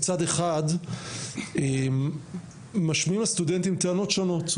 מצד אחד משמיעים הסטודנטים טענות שונות.